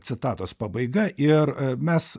citatos pabaiga ir mes